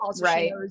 right